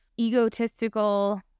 egotistical